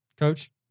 Coach